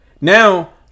Now